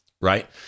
Right